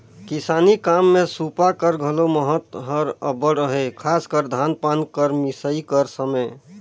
किसानी काम मे सूपा कर घलो महत हर अब्बड़ अहे, खासकर धान पान कर मिसई कर समे